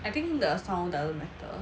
I think the sound doesn't matter